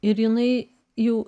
ir jinai jau